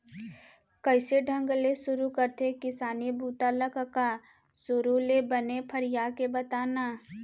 कइसे ढंग ले सुरू करथे किसानी बूता ल कका? सुरू ले बने फरिया के बता न